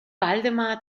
waldemar